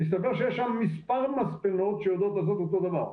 הסתבר שיש שם מספר מספנות שיודעות לעשות אותו דבר,